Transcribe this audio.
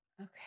Okay